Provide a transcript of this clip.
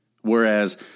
Whereas